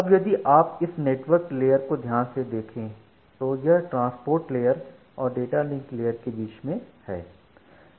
अब यदि आप इस नेटवर्क लेयरको ध्यान से देखें तो यह ट्रांसपोर्ट लेयरऔर डेटा लिंक लेयरके बीच में है